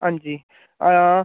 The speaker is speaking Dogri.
हांजी हां